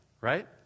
right